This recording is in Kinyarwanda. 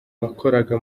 wakoraga